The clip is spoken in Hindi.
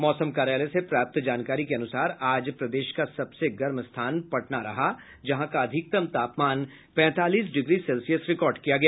मौसम कार्यालय से प्राप्त जानकारी के अनुसार आज प्रदेश का सबसे गर्म स्थान पटना रहा जहाँ का अधिकतम तापमान पैंतालिस डिग्री सेल्सियस रिकॉर्ड किया गया